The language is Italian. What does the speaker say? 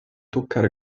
toccare